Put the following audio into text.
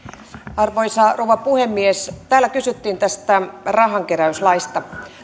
arvoisa rouva puhemies täällä kysyttiin tästä rahankeräyslaista